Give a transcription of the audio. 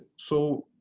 so.